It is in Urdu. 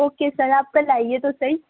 اوکے سر آپ کل آئیے تو سہی